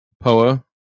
POA